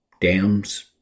dams